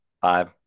Five